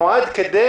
הוא נועד כדי